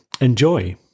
enjoy